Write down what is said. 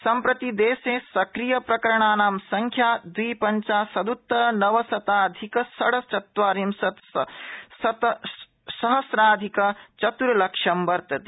सम्प्रति देशे सक्रियप्रकरणानां संख्या द्वि पंचाशदृत्तर नवशताधिक षड् चत्वारिंशत् सह म्राधिक चतुर्लक्ष्यम् वर्तते